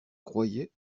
croyait